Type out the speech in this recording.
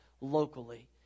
locally